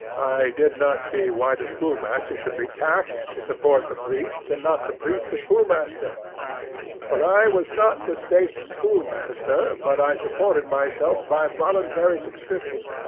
i did not see why the schoolmaster should be taxed to support the priest, and not the priest the schoolmaster for i was not the state's schoolmaster, but i supported myself by voluntary subscription.